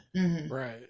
right